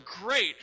great